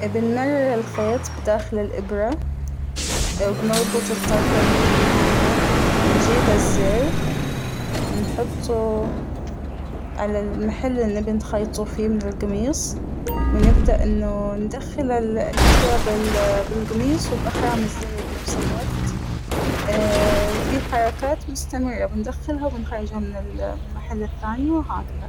بنمرر الخيط بداخل الإبرة وبنربط الطرفين من النهاية ، ونجيب الزر ، ونحطه على المحل اللى بنخيطه فيه من القميص ونبدأ إنه ندخل الإبرة بالقميص وبأخرام الزر بنفس الوقت ، فى حركات مستمرة بندخلها وبنخرجها من ال- من المحل الثانى وهكذا.